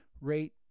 rate